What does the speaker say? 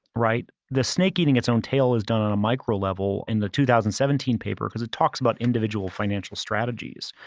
right? the snake eating its own tail is done on a micro level in the two thousand and seventeen paper because it talks about individual financial strategies.